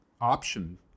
option